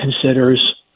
considers